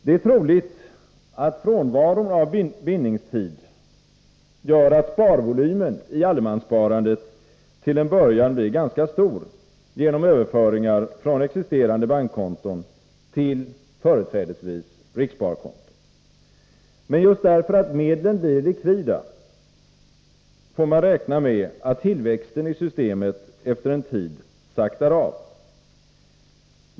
Det är troligt att frånvaron av bindningstid gör att sparvolymen i allemanssparandet till en början blir ganska stor genom överföringar från existerande bankkonton till företrädesvis rikssparkonton. Men just därför att medlen blir likvida, får man räkna med att tillväxten i systemet efter en tid saktar av.